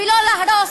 ולא להרוס,